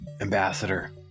Ambassador